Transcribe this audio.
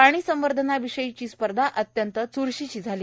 पाणी संवर्धनविषयी स्पर्धा अत्यंत च्रशीची झाली